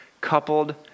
coupled